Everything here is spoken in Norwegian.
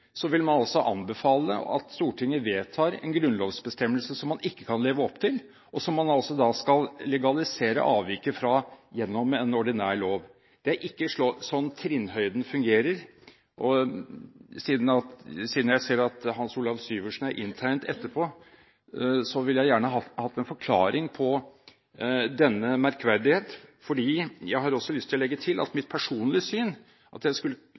man altså anbefale at Stortinget vedtar en grunnlovsbestemmelse som man ikke kan leve opp til, og som man da altså skal legalisere avviket fra gjennom en ordinær lov. Det er ikke slik trinnhøyden fungerer. Siden jeg ser at Hans Olav Syversen er inntegnet etterpå: Jeg ville gjerne hatt en forklaring på denne merkverdighet. Jeg har også lyst til å legge til at mitt personlige syn er at jeg i mangt og meget skulle